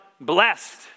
blessed